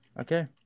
Okay